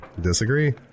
Disagree